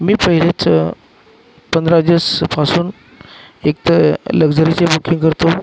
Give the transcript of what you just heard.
मी पहिलेच पंधरा दिवसपासून एक तर लक्झरीचे बुकिंग करतो